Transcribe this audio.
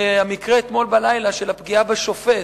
והמקרה של אתמול בלילה, של הפגיעה בשופט,